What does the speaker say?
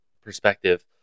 perspective